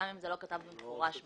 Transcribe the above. גם אם זה לא נכתב במפורש בחוק.